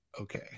Okay